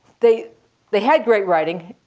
they they had great writing.